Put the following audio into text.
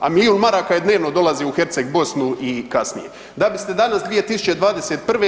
A milijun maraka dnevno dolazi u Herceg Bosnu i kasnije, da biste danas 2021.